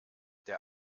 der